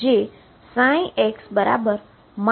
જે x ψ x થશે